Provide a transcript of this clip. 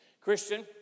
Christian